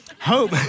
Hope